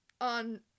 on